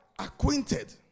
Acquainted